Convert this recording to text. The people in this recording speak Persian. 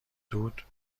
دود